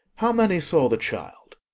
how many saw the child?